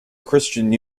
christian